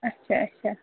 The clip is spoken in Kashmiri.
اچھا اچھا